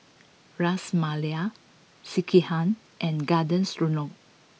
Ras Malai Sekihan and Garden Stroganoff